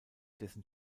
dessen